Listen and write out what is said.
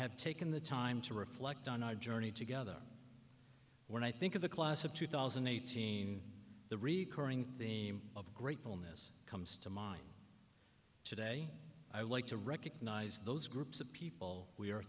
have taken the time to reflect on our journey together when i think of the class of two thousand and eighteen the recurring theme of gratefulness comes to mind today i like to recognize those groups of people we are